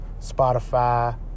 Spotify